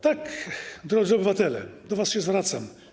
Tak, drodzy obywatele, do was się zwracam.